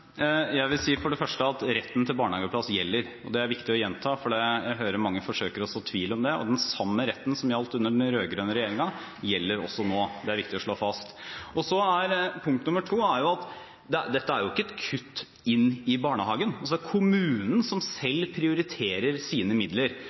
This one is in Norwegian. Jeg vil for det første si at retten til barnehageplass gjelder. Det er det viktig å gjenta, for jeg hører at man forsøker å så tvil om det. Den samme retten som gjaldt under den rød-grønne regjeringen, gjelder også nå – det er det viktig å slå fast. For det andre er ikke dette et kutt i barnehagene. Det er kommunen selv som prioriterer sine midler. Hvorfor har vi fått et slikt system, at kommunen